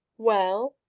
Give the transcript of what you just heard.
well?